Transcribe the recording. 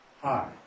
Hi